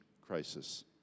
crisis